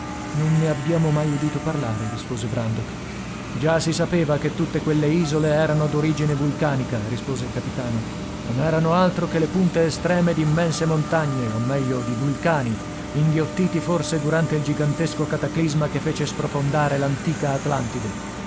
non ne abbiamo mai udito parlare rispose brandok già si sapeva che tutte quelle isole erano d'origine vulcanica rispose il capitano non erano altro che le punte estreme d'immense montagne o meglio di vulcani inghiottiti forse durante il gigantesco cataclisma che fece sprofondare l'antica atlantide